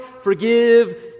forgive